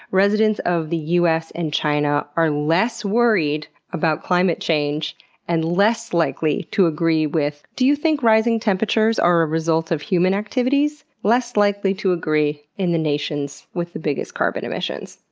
residents of the us and china are less worried about climate change and less likely to agree with, do you think rising temperatures are a result of human activities? less likely to agree in the nations with the biggest carbon emissions.